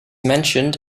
mentioned